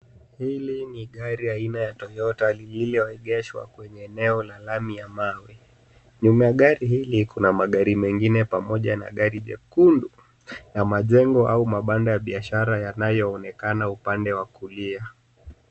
Hili ni gari aina ya Toyota lililoegeshwa kwenye eneo la lami ya mawe, nyuma ya gari hili kuna magari mengine pamoja na gari jekundu na majengo au mabanda ya biashara yanayoonekana upande wa kulia.